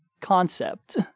concept